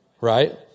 Right